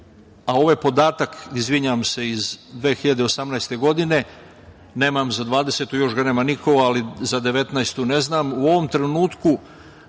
a ovo je podatak, izvinjavam se, iz 2018. godine, nemam za 2020. godinu, još ga nema niko, ali za 2019. godinu ne znam, u ovom trenutku